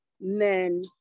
men